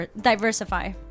Diversify